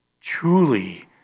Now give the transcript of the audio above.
truly